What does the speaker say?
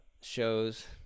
shows